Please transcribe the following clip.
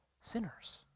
sinners